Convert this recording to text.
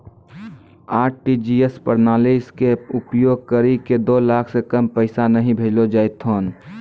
RTGS प्रणाली के उपयोग करि के दो लाख से कम पैसा नहि भेजलो जेथौन